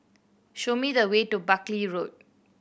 show me the way to Buckley Road